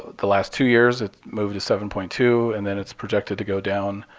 the last two years it moved to seven point two, and then it's projected to go down